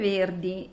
Verdi